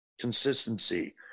consistency